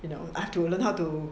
I have to learn how to